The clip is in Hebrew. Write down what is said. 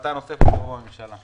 ההחלטה הנוספת של הממשלה.